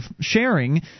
sharing